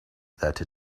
that